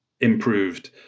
improved